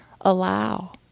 allow